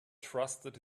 trusted